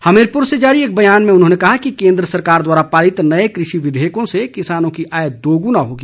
हमीरपुर से जारी एक बयान में उन्होंने कहा कि केंद्र सरकार द्वारा पारित नए कृषि विधेयकों से किसानों की आय दोगूनी होगी